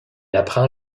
apprend